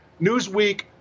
Newsweek